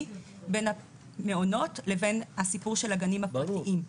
בין המעונות לבין הסיפור של הגנים הפרטיים.